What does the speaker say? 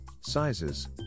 sizes